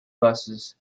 buses